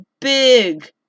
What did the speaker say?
Big